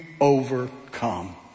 overcome